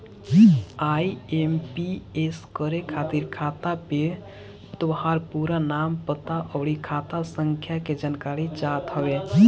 IMPS करे खातिर खाता पे तोहार पूरा नाम, पता, अउरी खाता संख्या के जानकारी चाहत हवे